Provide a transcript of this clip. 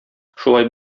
шулай